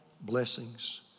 blessings